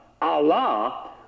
Allah